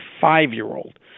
five-year-old